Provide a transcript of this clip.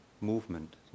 movement